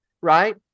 right